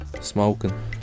smoking